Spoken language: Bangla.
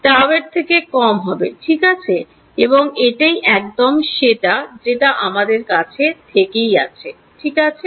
tau থেকে কম হবে ঠিক আছে এবং এটাই একদম সেটা যেটা আমাদের কাছে আগে থেকেই আছে ঠিক আছে